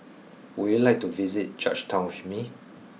would you like to visit Georgetown with me